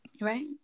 Right